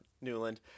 Newland